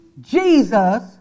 Jesus